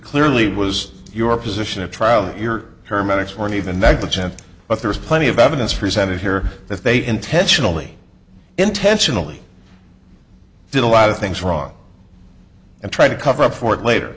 clearly was your position at trial your paramedics were even negligent but there is plenty of evidence presented here that they intentionally intentionally did a lot of things wrong and try to cover up for it later